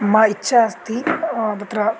मम इच्छा अस्ति तत्र